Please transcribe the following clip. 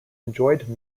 enjoyed